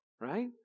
right